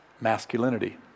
masculinity